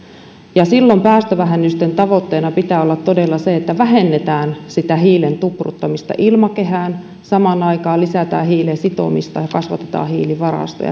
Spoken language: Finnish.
silloin päästövähennysten tavoitteena pitää todella olla se että vähennetään hiilen tupruttamista ilmakehään samaan aikaan lisätään hiilen sitomista ja kasvatetaan hiilivarastoja